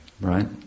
right